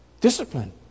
discipline